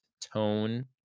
tone